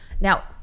Now